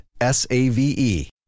S-A-V-E